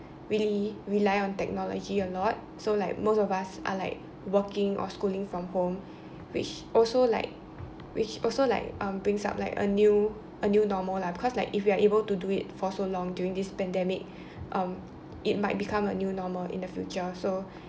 really rely on technology a lot so like most of us are like working or schooling from home which also like which also like um brings up like a new a new normal lah because like if you are able to do it for so long during this pandemic um it might become a new normal in the future so